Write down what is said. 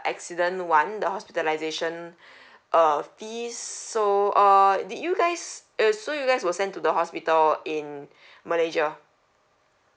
accident one the hospitalization err fees so err did you guys you so you guys were sent to the hospital in malaysia